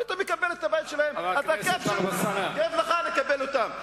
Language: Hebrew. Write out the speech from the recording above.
היית מקבל את זה, כיף לך לקבל אותם.